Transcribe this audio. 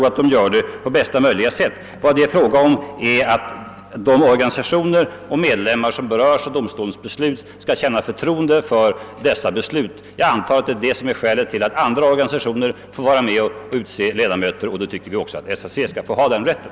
Vad det är fråga om är att de organisationer och medlemmar som berörs av domstolens beslut skall känna förtroende för domstolen. Jag antar att det är skälet till att andra organisationer får vara med om att utse ledamöter, och vi tycker att också SAC bör ha den rätten.